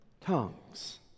tongues